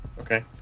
Okay